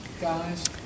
guys